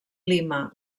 lima